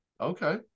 okay